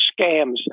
scams